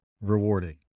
rewarding